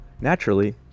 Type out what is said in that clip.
naturally